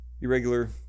Irregular